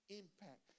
impact